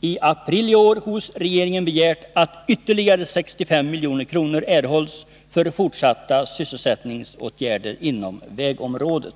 i april i år hos regeringen begärt att ytterligare 65 milj.kr. skall erhållas för fortsatta sysselsättningsåtgärder inom vägområdet.